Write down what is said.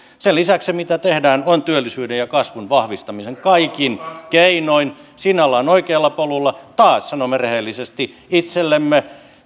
mitä tehdään sen lisäksi on työllisyyden ja kasvun vahvistaminen kaikin keinoin ja siinä ollaan oikealla polulla taas sanomme rehellisesti itsellemme